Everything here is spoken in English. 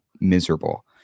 miserable